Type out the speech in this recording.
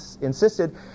insisted